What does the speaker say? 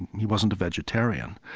he wasn't a vegetarian.